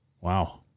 wow